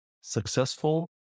successful